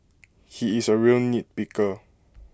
he is A real nitpicker